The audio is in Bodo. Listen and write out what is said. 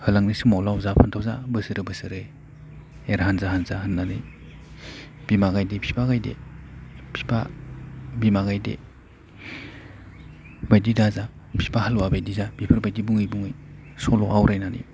होलांनाय समाव लाव जा फानथाव जा बोसोरे बोसोरे एर हान्जा हान्जा होननानै बिमा गायदे बिफा गायदे बिफा बिमा गायदे बायदि दाजा बिफा हालुवा बायदि जा बेफोरबायदि बुङै बुङै सल' आवरायनानै